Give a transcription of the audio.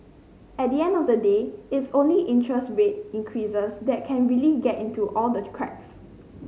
at the end of the day it's only interest rate increases that can really get into all the cracks